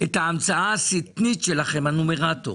את ההמצאה השטנית שלכם הנומרטור